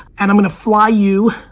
and i'm gonna fly you,